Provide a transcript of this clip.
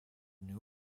new